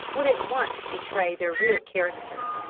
would at once betray their real character.